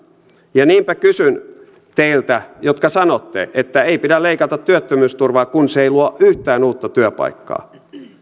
ja niinpä kysyn teiltä jotka sanotte että ei pidä leikata työttömyysturvaa kun se ei luo yhtään uutta työpaikkaa